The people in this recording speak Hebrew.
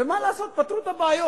ומה לעשות, פתרו את הבעיות,